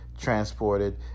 transported